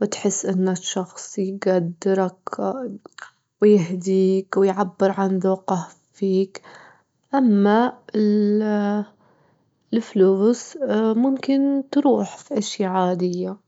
وتحس إن الشخص يجدرك ويهديك ويعبر عن ذوقه فيك، أما الفلوس ممكن تروح في أشيا عادية.